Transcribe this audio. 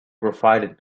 provided